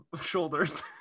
shoulders